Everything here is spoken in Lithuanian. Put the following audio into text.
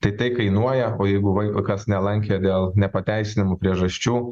tai tai kainuoja o jeigu vaikas nelankė dėl nepateisinamų priežasčių